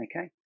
okay